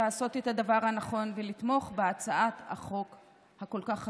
לעשות את הדבר הנכון ולתמוך בהצעת החוק החשובה כל כך הזו.